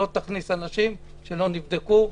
לא תכניס אנשים שלא נבדקו,